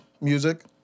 music